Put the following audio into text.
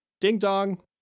Ding-dong